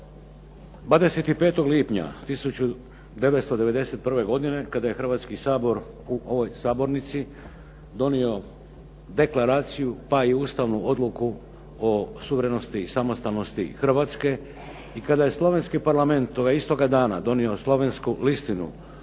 25. lipnja 1991. godine kada je Hrvatski sabor u ovoj Sabornici donio Deklaraciju pa i ustavnu odluku o suverenosti i samostalnosti Hrvatske i kada je Slovenski parlament toga istoga dana donio slovensku Listinu